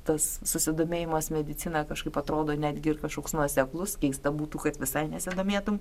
tas susidomėjimas medicina kažkaip atrodo netgi ir kažkoks nuoseklus keista būtų kad visai nesidomėtum